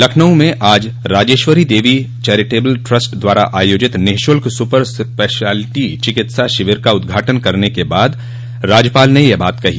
लखनऊ में आज Rajeshwari Devi charitable trust द्वारा आयोजित निःशुल्क सुपर स्पेशियलिटी चिकित्सा शिविर का उद्घाटन करने के बाद राज्यपाल ने यह बात कही